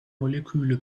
moleküle